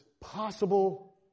possible